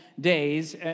days